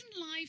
life